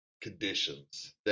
conditions